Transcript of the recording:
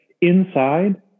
inside